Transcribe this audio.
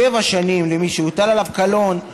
שבע שנים למי שהוטל עליו קלון,